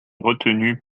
retenus